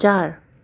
चार